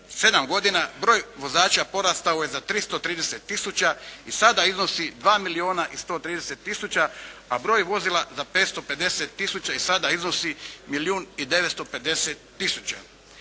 godina broj vozača porastao je za 330 tisuća i sada iznosi 2 milijuna i 130 tisuća, a broj vozila za 550 tisuća i sada iznosi milijun i 950 tisuća.